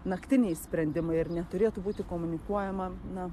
naktiniai sprendimai ar neturėtų būti komunikuojama na